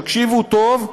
תקשיבו טוב: